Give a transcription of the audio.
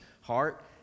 heart